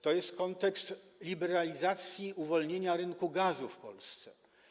To jest kontekst liberalizacji, uwolnienia rynku gazu w Polsce.